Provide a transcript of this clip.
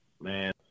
Man